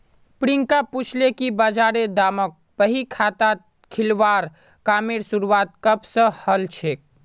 प्रियांक पूछले कि बजारेर दामक बही खातात लिखवार कामेर शुरुआत कब स हलछेक